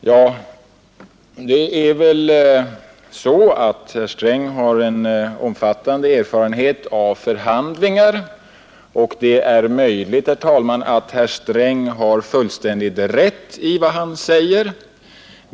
Ja, det är väl så att herr Sträng har omfattande erfarenheter av förhandlingar, och det är möjligt att herr Sträng har fullständigt rätt i vad han säger.